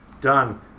Done